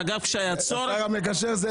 ואגב כשהיה צורך --- השר המקשר זה